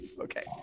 okay